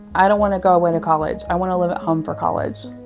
i don't want to go away to college. i want to live home for college.